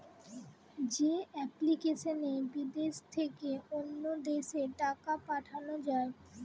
যে এপ্লিকেশনে বিদেশ থেকে অন্য দেশে টাকা পাঠান যায়